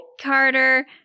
Carter